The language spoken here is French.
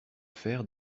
fer